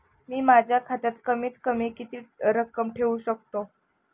मी माझ्या खात्यात कमीत कमी किती रक्कम ठेऊ शकतो?